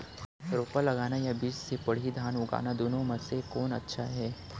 रोपा लगाना या बीज से पड़ही धान उगाना दुनो म से कोन अच्छा हे?